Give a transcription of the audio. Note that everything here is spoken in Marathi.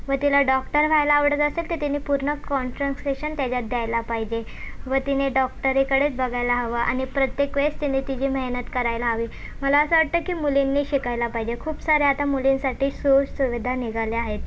व तिला डॉक्टर व्हायला आवडत असेल तर तिने पूर्ण काँट्रान्सेशन त्याच्यात द्यायला पाहिजे व तिने डॉक्टरीकडेच बघायला हवं आणि प्रत्येकवेळेस तिने तिची मेहनत करायला हवी मला असं वाटतं की मुलींनी शिकायला पाहिजे खूप साऱ्या आता मुलींसाठी सुखसुविधा निघाल्या आहेत